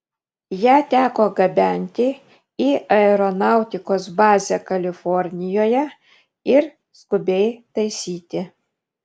ją teko gabenti į aeronautikos bazę kalifornijoje ir skubiai taisyti